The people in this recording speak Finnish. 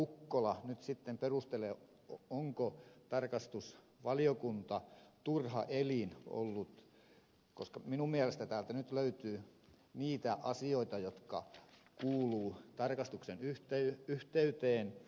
ukkola sitten perustelee onko tarkastusvaliokunta turha elin ollut koska minun mielestäni täältä nyt löytyy niitä asioita jotka kuuluvat tarkastuksen yhteyteen